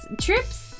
trips